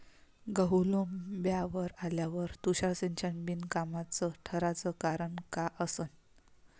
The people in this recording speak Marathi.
गहू लोम्बावर आल्यावर तुषार सिंचन बिनकामाचं ठराचं कारन का असन?